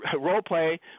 role-play